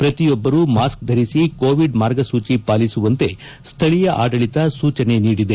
ಪ್ರತಿಯೊಬ್ಬರೂ ಮಾಸ್ಕ್ ಧರಿಸಿ ಕೋವಿಡ್ ಮಾರ್ಗಸೂಚಿ ಪಾಲಿಸುವಂತೆ ಸ್ಥಳೀಯ ಆಡಳಿತ ಸೂಚನೆ ನೀಡಿದೆ